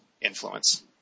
influence